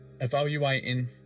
evaluating